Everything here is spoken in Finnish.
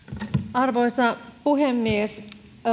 arvoisa puhemies